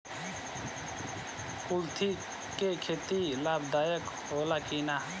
कुलथी के खेती लाभदायक होला कि न?